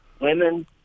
women